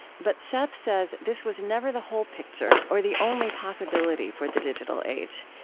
but seth says this was never the whole picture or the only possibility for the digital age.